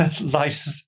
life